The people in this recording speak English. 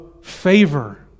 favor